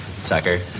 sucker